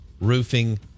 Roofing